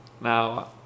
now